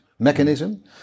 mechanism